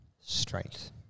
strength